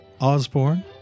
Osborne